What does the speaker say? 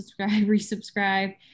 resubscribe